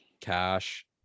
cash